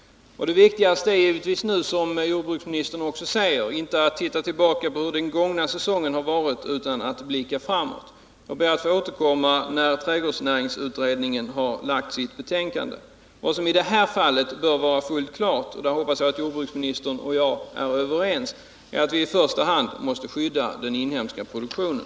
Det viktigaste är givetvis nu — som jordbruksministern också säger — inte att se tillbaka på hur den gångna säsongen har varit utan att blicka framåt. Jag ber att få återkomma när trädgårdsnäringsutredningen har lagt fram sitt betänkande. Vad som i det här fallet bör vara fullt klart — och jag hoppas att jordbruksministern och jag är överens om det — är att vi i första hand måste skydda den inhemska produktionen.